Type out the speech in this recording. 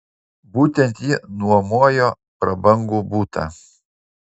būtent ji nuomojo prabangų butą